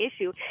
issue